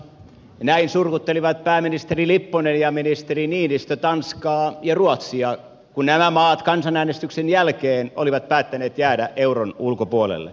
näin surkuttelivat pääministeri lipponen ja ministeri niinistö tanskaa ja ruotsia kun nämä maat kansanäänestyksen jälkeen olivat päättäneet jäädä euron ulkopuolelle